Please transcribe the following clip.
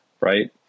right